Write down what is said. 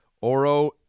Oro